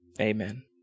amen